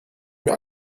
mir